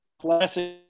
classic